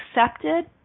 accepted